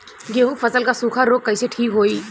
गेहूँक फसल क सूखा ऱोग कईसे ठीक होई?